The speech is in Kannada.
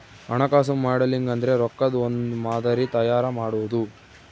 ಹಣಕಾಸು ಮಾಡೆಲಿಂಗ್ ಅಂದ್ರೆ ರೊಕ್ಕದ್ ಒಂದ್ ಮಾದರಿ ತಯಾರ ಮಾಡೋದು